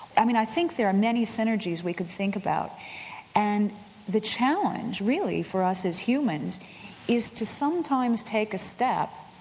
i mean i think there are many synergies we could think about and the challenge really for us as humans is to sometimes take a step.